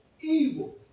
evil